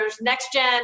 next-gen